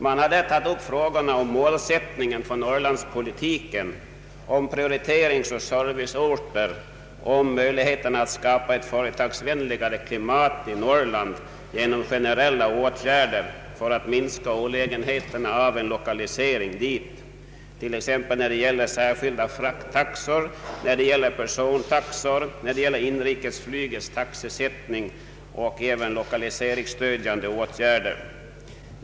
Man har där tagit upp frågorna om målsättningen för Norrlandspolitiken, om Pprioriteringsoch serviceorter, om möjligheterna ait skapa ett företagsvänligare klimat i Norrland, om generella åtgärder för att minska olägenheterna av en lokalisering dit, t.ex. när det gäller särskilda frakttaxor, särskilda persontaxor, inrikesflygets taxesättning och även när det gäller direkt lokaliseringsstödjande åtgärder.